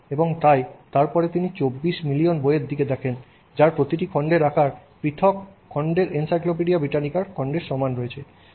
এবং তাই তারপরে তিনি 24 মিলিয়ন বই এর দিকে দেখেন যার প্রতিটি খন্ডের আকার প্রতিটি পৃথক খণ্ডের এনসাইক্লোপিডিয়া ব্রিটানিকার খণ্ডের সমান রয়েছে